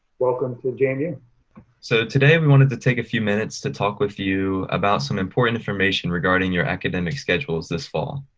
welcome and so, today we wanted to take a few minutes to talk with you about some important information regarding your academic schedules this fall.